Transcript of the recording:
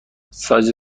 سایز